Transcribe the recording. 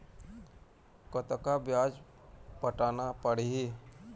कतका ब्याज पटाना पड़ही?